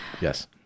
Yes